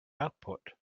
output